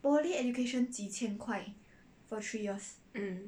mm